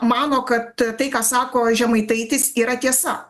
mano kad tai ką sako žemaitaitis yra tiesa